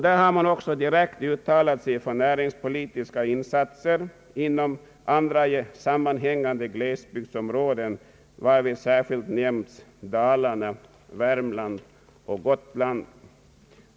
Där har man också direkt uttalat sig för näringspolitiska insatser inom andra sammanhängande glesbygdsområden, varvid särskilt nämnts Dalarna, Värmland och Gotland.